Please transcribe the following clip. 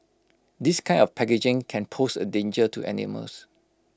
this kind of packaging can pose A danger to animals